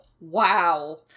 wow